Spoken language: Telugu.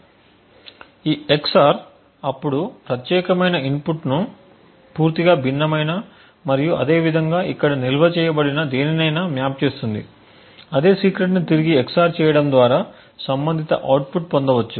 కాబట్టి ఈ EX OR అప్పుడు ప్రత్యేకమైన ఇన్పుట్ను పూర్తిగా భిన్నమైన మరియు అదేవిధంగా ఇక్కడ నిల్వ చేయబడిన దేనినైనా మ్యాప్ చేస్తుంది అదే సీక్రెట్ని తిరిగి EX OR చేయటం ద్వారా సంబంధిత అవుట్పుట్ పొందవచ్చు